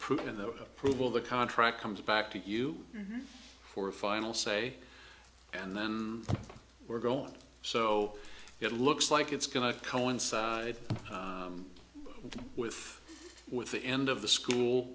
of the approval the contract comes back to you for a final say and then we're going on so it looks like it's going to coincide with with the end of the school